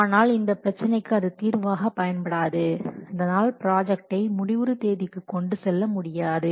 ஆனால் இந்த பிரச்சனைக்கு அது தீர்வாக பயன்படாது அதனால் ப்ராஜெக்டை முடிவுறு தேதிக்கு கொண்டு செல்ல முடியாது